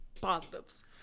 positives